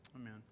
Amen